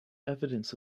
evidence